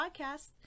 podcast